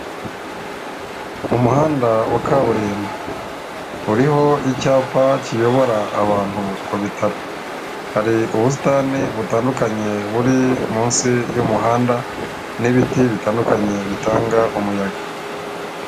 Mu muhanda wa kaburimbo uriho icyapa kiyobora abantu kubitaro, hari ubusitani butandukanye buri munsi y'umuhanda n'ibiti bitandukanye bitanga umuyaga.